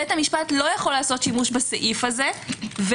בית המשפט לא יכול לעשות שימוש בסעיף הזה ולחייב